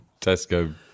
Tesco